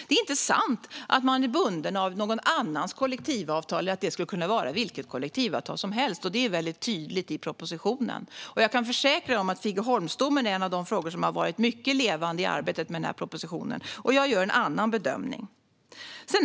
Det är inte sant att man är bunden av någon annans kollektivavtal eller att det skulle kunna vara vilket kollektivavtal som helst, vilket är tydligt i propositionen. Jag kan försäkra Ali Esbati om att Figeholmsdomen har varit mycket levande i arbetet med propositionen, och jag gör en annan bedömning.